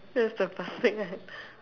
that's the plastic right